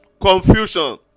confusion